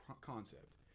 concept